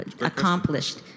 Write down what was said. accomplished